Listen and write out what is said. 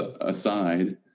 aside